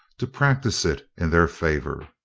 to practice it in their favour.